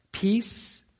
Peace